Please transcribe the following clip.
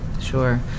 Sure